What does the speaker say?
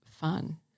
fun